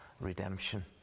redemption